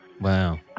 Wow